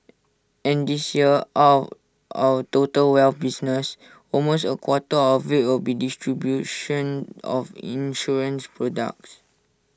and this year out our total wealth business almost A quarter of will be distribution of insurance products